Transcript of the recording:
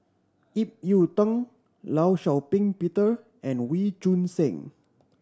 Ip Yiu Tung Law Shau Ping Peter and Wee Choon Seng